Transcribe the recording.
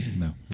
No